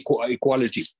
equality